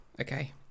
okay